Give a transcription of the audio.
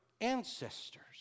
ancestors